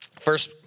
First